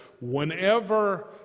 Whenever